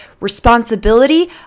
responsibility